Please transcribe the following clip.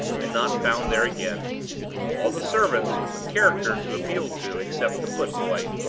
and not found there again all the servants with characters to appeal to except the foot-boy,